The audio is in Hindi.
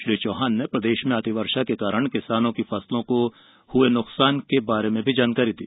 श्री चौहान ने प्रदेश में अतिवर्षा के कारण किसानों की फसलों को हुए नुकसान के बारे में भी जानकारी दी